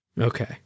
Okay